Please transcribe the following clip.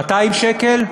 200 שקל,